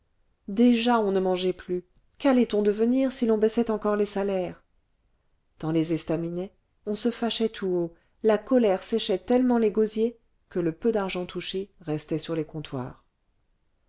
déjà on ne mangeait plus quallait on devenir si l'on baissait encore les salaires dans les estaminets on se fâchait tout haut la colère séchait tellement les gosiers que le peu d'argent touché restait sur les comptoirs